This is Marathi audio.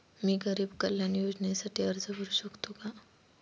मी गरीब कल्याण योजनेसाठी अर्ज भरू शकतो का?